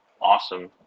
awesome